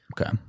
Okay